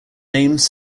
names